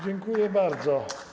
Dziękuję bardzo.